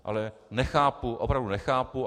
Ale nechápu, opravdu nechápu.